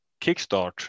kickstart